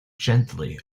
gently